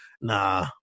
nah